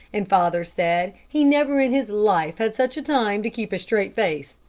and father said he never in his life had such a time to keep a straight face,